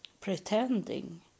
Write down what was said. pretending